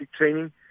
training